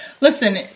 listen